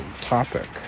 topic